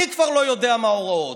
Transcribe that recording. אני כבר לא יודע מה ההוראות.